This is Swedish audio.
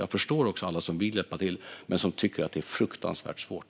Jag förstår alla som vill hjälpa till men tycker att det är fruktansvärt svårt.